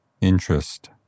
interest